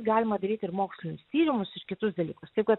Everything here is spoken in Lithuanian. galima daryt ir mokslinius tyrimus ir kitus dalykus taip kad